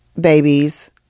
babies